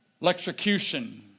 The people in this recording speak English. electrocution